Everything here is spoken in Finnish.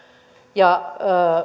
ja